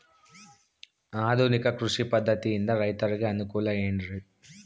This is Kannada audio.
ಆಧುನಿಕ ಕೃಷಿ ಪದ್ಧತಿಯಿಂದ ರೈತರಿಗೆ ಅನುಕೂಲ ಏನ್ರಿ?